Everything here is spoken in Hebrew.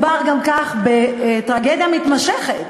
גם כך מדובר בטרגדיה מתמשכת,